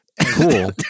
cool